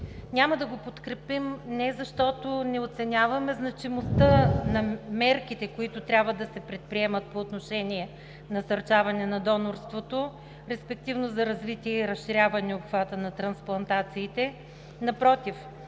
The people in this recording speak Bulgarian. Няма да го подкрепим не защото не оценяваме значимостта на мерките, които трябва да се предприемат по отношение на насърчаване на донорството, респективно за развитие и разширяване на обхвата на трансплантациите,